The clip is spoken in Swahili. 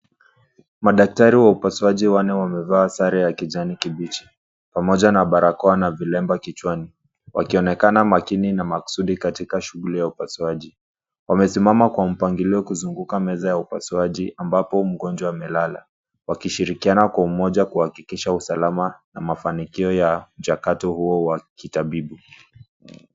Madaktari waupasuaji wanne wamevaa sare ya kijani kibichi, pamoja na barakoa na vilemba kichwani, wakionekana makini na maksudi katika shunguli ya upasuaji, wamesimama kwa mpangilio kuzunguka meza ya upasuaji ambapo mgonjwa amelala, wakishirikiani kwa umoja kuhakikisha usalama na mafinikio ya mjakato huo wa kitabibu.